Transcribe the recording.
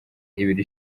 ibiri